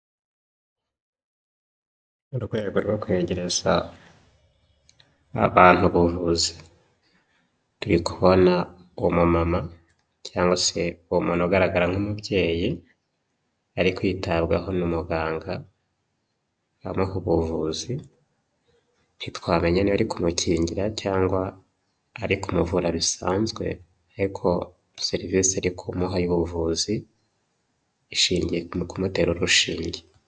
Mu rwego rwo kwegereza abantu ubuvuzi, turi kubona umumama cyangwa se umuntu ugaragara nk'umubyeyi ari kwitabwaho n'umuganga amuha ubuvuzi ntitwamenya niba ari kumukingira cyangwa ari kumuvura bisanzwe, ariko serivisi ari kumuha y'ubuvuzi ishingiye ku kumutera urushinge.